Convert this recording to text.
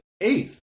eighth